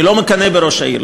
אני לא מקנא בראש העיר.